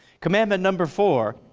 commandment number four,